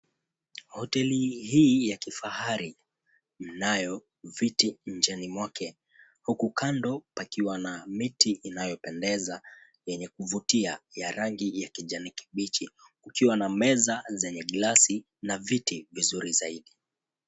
Hoteli hii ya kifahari mnayo viti njeni mwake. Huku kando pakiwa na miti inayopendeza yenye kuvutia ya rangi ya kijani kibichi, kukiwa na meza zenye glasi na viti vizuri zaidi.